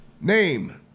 Name